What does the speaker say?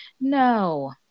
no